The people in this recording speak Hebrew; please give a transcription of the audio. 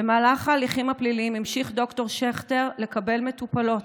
במהלך ההליכים הפליליים המשיך ד"ר שכטר לקבל מטופלות,